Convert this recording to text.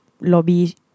lobby